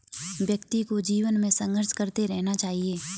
व्यक्ति को जीवन में संघर्ष करते रहना चाहिए